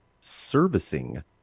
servicing